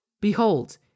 Behold